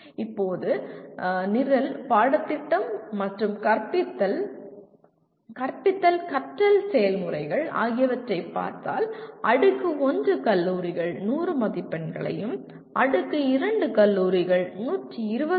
இப்போது நிரல் பாடத்திட்டம் மற்றும் கற்பித்தல் கற்பித்தல் கற்றல் செயல்முறைகள் ஆகியவற்றை பார்த்தால் அடுக்கு 1 கல்லூரிகள் 100 மதிப்பெண்களையும் அடுக்கு 2 கல்லூரிகள் 120 மதிப்பெண்களையும் கொண்டுள்ளது